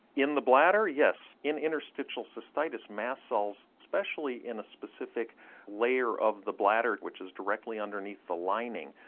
in the bladder yes. in interstitial cystitis mast cells, especially in a specific layer of the bladder which is directly underneath the lining,